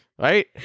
Right